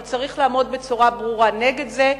אבל צריך לעמוד בצורה ברורה נגד זה,